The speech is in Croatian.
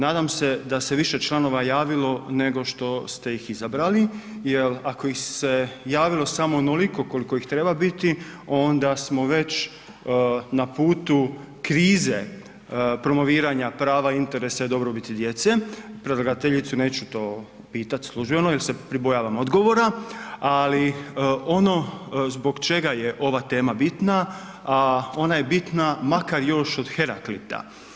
Nadam se da se više članova javilo nego što ste ih izabrali jer ako ih se javilo samo onoliko koliko ih treba biti, onda smo već na putu krize promoviranja prava, interesa i dobrobiti djece, predlagateljicu neću pitati službeno jer se pribojavam odgovora ali ono zbog čega je ova tema bitna a ona je bitna makar još od Heraklit.